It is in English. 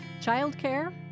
childcare